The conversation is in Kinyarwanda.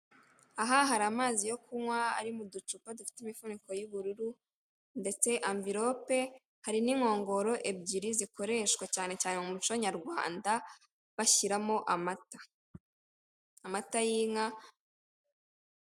Aha hari amazi yo kunywa ari muducupa dufite imifuniko y'ubururu, ndetse anverope hari n'inkongoro ebyiri zikoreshwa cyane cyane m'umuco nyarwanda bashyiramo amata, amata y'inka.